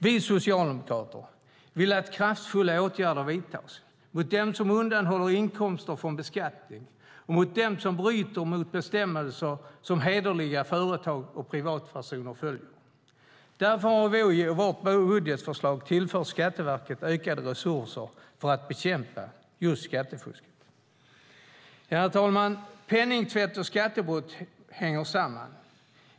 Vi socialdemokrater vill att kraftfulla åtgärder vidtas mot dem som undanhåller inkomster från beskattning och mot dem som bryter mot bestämmelser som hederliga företag och privatpersoner följer. Därför har vi i vårt budgetförslag tillfört Skatteverket ökade resurser för att bekämpa just skattefusket. Herr talman! Penningtvätt och skattebrott hänger samman.